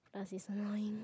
plus it's annoying